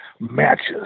matches